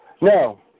No